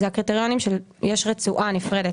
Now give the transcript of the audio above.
הקריטריונים הם רצועה נפרדת,